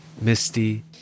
Misty